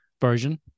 version